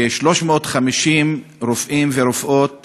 כ-350 רופאים ורופאות